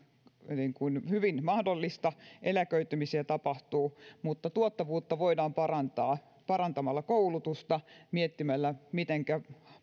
hyvin mahdollista eläköitymisiä tapahtuu mutta tuottavuutta voidaan parantaa parantamalla koulutusta miettimällä mitenkä